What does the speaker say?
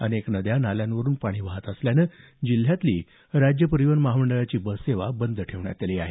अनेक नद्या नाल्यांवरुन पाणी वाहत असल्यानं जिल्ह्यातली राज्य परीवहन महामंडळाची बस सेवा बंद ठेवण्यात आली आहे